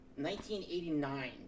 1989